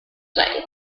style